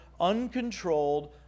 uncontrolled